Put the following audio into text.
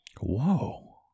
Whoa